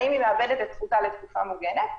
האם היא מאבדת את זכותה לתקופה מוגנת?